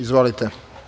Izvolite.